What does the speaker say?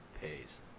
pays